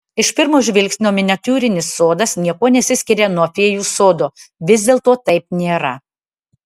iš pirmo žvilgsnio miniatiūrinis sodas niekuo nesiskiria nuo fėjų sodo vis dėlto taip nėra